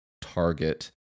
target